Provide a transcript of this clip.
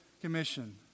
Commission